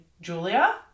Julia